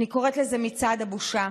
אני קוראת לזה מצעד הבושה.